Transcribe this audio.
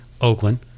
Oakland